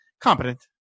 competent